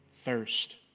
thirst